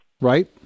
Right